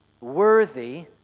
worthy